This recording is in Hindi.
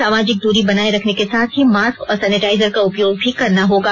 सामाजिक दूरी बनाये रखने के साथ ही मास्क और सैनेटाइजर का उपयोग भी करना होगा